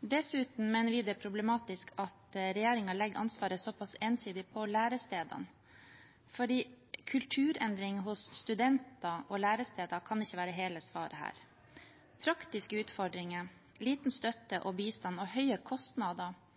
Dessuten mener vi det er problematisk at regjeringen legger ansvaret såpass ensidig på lærestedene, for kulturendring hos studenter og læresteder kan ikke være hele svaret her. Praktiske utfordringer, liten